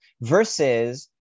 versus